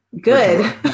good